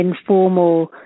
informal